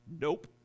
Nope